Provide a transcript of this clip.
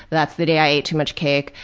that's the day i ate too much cake.